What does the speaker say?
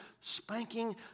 spanking